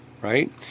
right